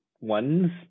ones